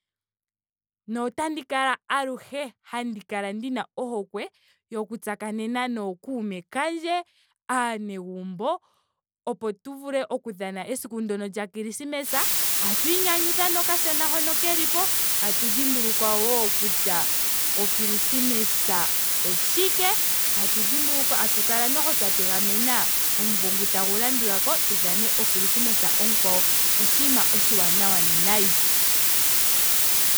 Notandi kala aluhe ndina ohokwe yoku tsakanena nookuume kandje. aanegumbo opo tu vule okudhana esiku ndyoka lya krismesa. tatu inyanyudha nokashona hoka kelipo. tatu dhimbulukwa wo kutya o krismesa oshike. tatu dhimbulukwa tatu kala natango twa tegamena omumvo ngu tagu landulako tu dhane o krismesa onkwawo. oshinima oshaanawa nayi.